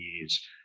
years